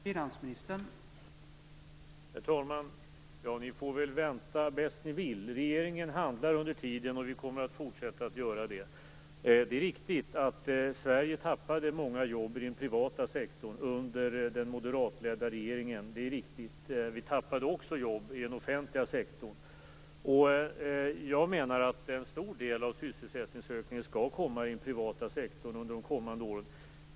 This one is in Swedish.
Herr talman! Ni får väl vänta bäst ni vill. Regeringen handlar under tiden, och vi kommer att fortsätta att göra det. Det är riktigt att Sverige tappade många jobb i den privata sektorn under den moderatledda regeringen. Vi tappade också jobb i den offentliga sektorn. Jag menar att en stor del av sysselsättningsökningen skall komma i den privata sektorn under de kommande åren.